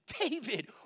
David